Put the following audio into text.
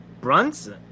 Brunson